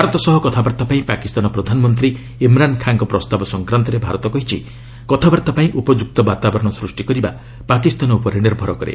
ଭାରତ ସହ କଥାବାର୍ତ୍ତା ପାଇଁ ପାକିସ୍ତାନ ପ୍ରଧାନମନ୍ତ୍ରୀ ଇମ୍ରାନ ଖାନଙ୍କ ପ୍ରସ୍ତାବ ସଂକ୍ରାନ୍ତରେ ଭାରତ କହିଛି କଥାବାର୍ତ୍ତା ପାଇଁ ଉପଯୁକ୍ତ ବାତାବରଣ ସୃଷ୍ଟି କରିବା ପାକିସ୍ତାନ ଉପରେ ନିର୍ଭର କରେ